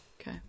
Okay